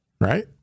Right